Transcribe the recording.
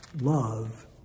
love